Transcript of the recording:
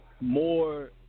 More